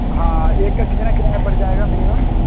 ہاں ایک کا کتنا کرایہ پڑ جائے گا منیمم